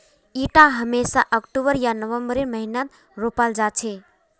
इटा हमेशा अक्टूबर या नवंबरेर महीनात रोपाल जा छे